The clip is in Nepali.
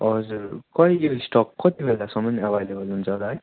हजुर कहिले स्टक कति बेलासम्म एभाइलेबल हुन्छ होला है